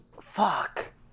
Fuck